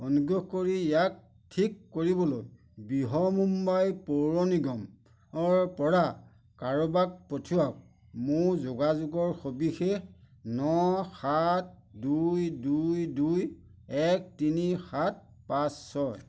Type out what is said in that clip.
অনুগ্ৰহ কৰি ইয়াক ঠিক কৰিবলৈ বৃহন্মুম্বাই পৌৰ নিগমৰপৰা কাৰোবাক পঠিয়াওক মোৰ যোগাযোগৰ সবিশেষ ন সাত দুই দুই দুই এক তিনি সাত পাঁচ ছয়